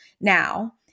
now